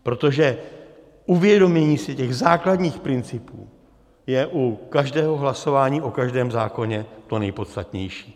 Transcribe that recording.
Protože uvědomění si těch základních principů je u každého hlasování o každém zákoně to nejpodstatnější.